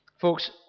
folks